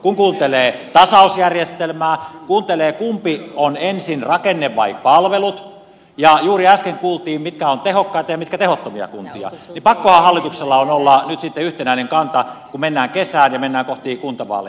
kun kuuntelee tasausjärjestelmää kuuntelee kumpi on ensin rakenne vai palvelut ja juuri äsken kuultiin mitkä ovat tehokkaita ja mitkä tehottomia kuntia niin pakkohan hallituksella on olla nyt sitten yhtenäinen kanta kun mennään kesään ja mennään kohti kuntavaaleja